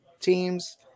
teams